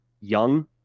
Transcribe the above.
young